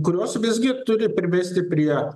kurios visgi turi privesti prie